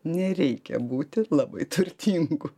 nereikia būti labai turtingu